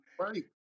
right